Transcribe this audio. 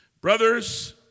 Brothers